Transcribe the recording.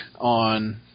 on